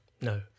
No